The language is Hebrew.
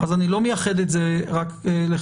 אז אני לא מייחד את זה רק לכאן.